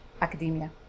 academia